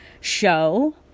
show